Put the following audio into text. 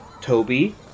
Toby